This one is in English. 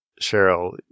Cheryl